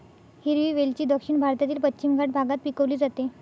हिरवी वेलची दक्षिण भारतातील पश्चिम घाट भागात पिकवली जाते